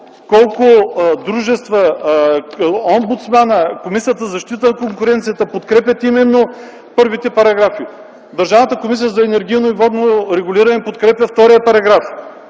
колко дружества, омбудсманът, Комисията за защита на конкуренцията подкрепят именно първите параграфи. Държавната комисия по енергийно и водно регулиране подкрепя § 2.